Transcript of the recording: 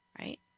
right